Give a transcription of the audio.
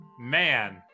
man